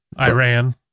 Iran